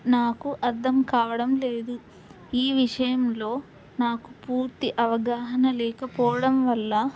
నాకు అర్థం కావడం లేదు ఈ విషయంలో నాకు పూర్తి అవగాహన లేకపోవడం వల్ల